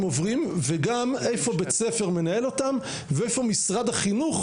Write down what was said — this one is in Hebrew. עוברים וגם איפה בית ספר מנהל אותם ואיפה משרד החינוך,